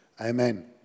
Amen